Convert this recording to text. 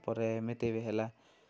ପରେ ଏମିତି ବି ହେଲା